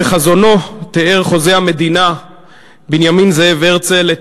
בחזונו תיאר חוזה המדינה בנימין זאב הרצל את